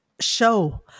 show